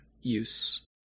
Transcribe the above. use